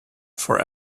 for